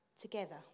together